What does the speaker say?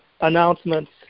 announcements